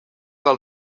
del